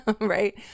Right